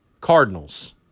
Cardinals